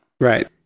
Right